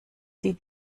sie